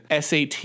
SAT